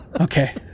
Okay